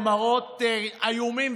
הם מראות איומים,